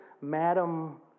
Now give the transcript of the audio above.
Madam